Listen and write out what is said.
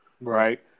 Right